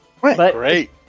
Great